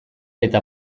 eta